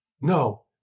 No